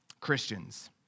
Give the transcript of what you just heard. Christians